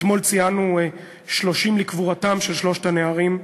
אתמול ציינו 30 לקבורתם של שלושת הנערים,